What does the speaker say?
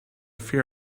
fear